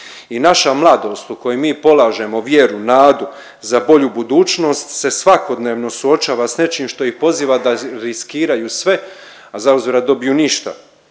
I naša mladost u koju mi polažemo vjeru, nadu za bolju budućnost se svakodnevno suočava s nečim što ih poziva da riskiraju sve, a zauzvrat dobiju ništa.